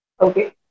Okay